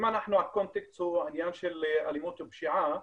אם הקונטקסט הוא עניין של אלימות ופשיעה,